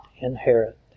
inherit